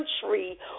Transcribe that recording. country